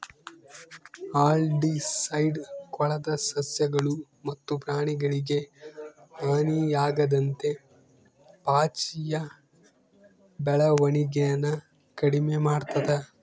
algicide ಕೊಳದ ಸಸ್ಯಗಳು ಮತ್ತು ಪ್ರಾಣಿಗಳಿಗೆ ಹಾನಿಯಾಗದಂತೆ ಪಾಚಿಯ ಬೆಳವಣಿಗೆನ ಕಡಿಮೆ ಮಾಡ್ತದ